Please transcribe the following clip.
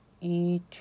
eat